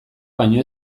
baino